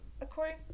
according